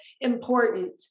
important